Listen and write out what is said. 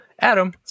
Adam